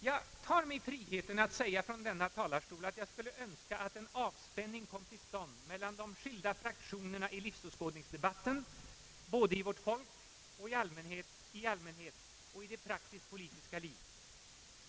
Jag tar mig friheten att från denna talarstol säga att jag skulle önska att en avspänning kom till stånd mellan de skilda fraktionerna i livsåskådningsdebatten både i vårt folk i allmänhet och i det praktisk-politiska livet.